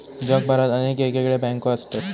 जगभरात अनेक येगयेगळे बँको असत